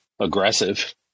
aggressive